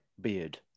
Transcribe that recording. beard